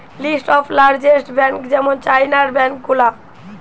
list of largest bank যেমন চাইনার bank গুলা